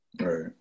Right